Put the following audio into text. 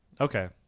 Okay